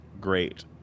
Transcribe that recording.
great